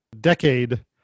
decade